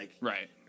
Right